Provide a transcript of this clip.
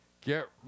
Get